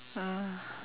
uh